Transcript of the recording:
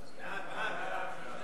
מי נמנע?